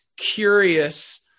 curious